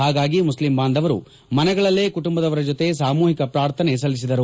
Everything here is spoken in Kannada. ಹಾಗಾಗಿ ಮುಸ್ಲಿಂ ಬಾಂಧವರು ಮನೆಗಳಲ್ಲೇ ಕುಟುಂಬದವರ ಜೊತೆ ಸಾಮೂಹಿಕ ಪ್ರಾರ್ಥನೆ ಸಲ್ಲಿಸಿದರು